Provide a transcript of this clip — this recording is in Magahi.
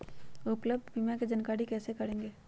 उपलब्ध बीमा के जानकारी कैसे करेगे?